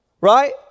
Right